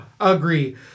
agree